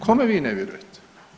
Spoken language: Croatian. Kome vi ne vjerujete?